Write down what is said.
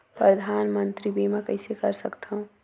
परधानमंतरी बीमा कइसे कर सकथव?